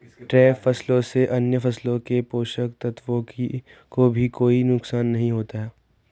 trap फसलों से अन्य फसलों के पोषक तत्वों को भी कोई नुकसान नहीं होता